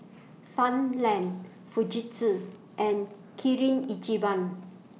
Farmland Fujitsu and Kirin Ichiban